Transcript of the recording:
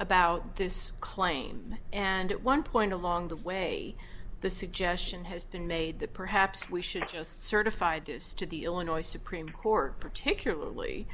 about this claim and at one point along the way the suggestion has been made that perhaps we should just certified this to the illinois supreme court particularly